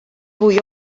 fwy